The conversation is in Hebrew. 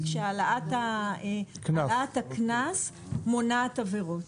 שהעלאת הקנס מונעת עבירות.